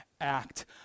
act